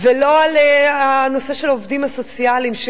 ולא העובדים הסוציאליים.